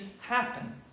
happen